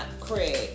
Craig